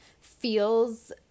feels